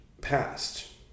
past